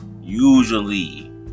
usually